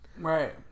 right